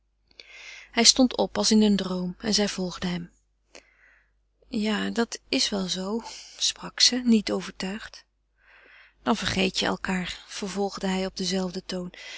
hij stond op als in een droom en zij volgde hem ja dat is wel zoo sprak ze niet overtuigd dan vergeet je elkaâr vervolgde hij op denzelfden toon